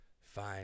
fine